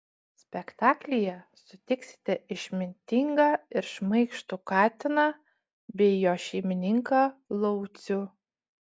spektaklyje sutiksite išmintingą ir šmaikštų katiną bei jo šeimininką laucių